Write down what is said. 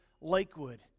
Lakewood